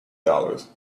dollars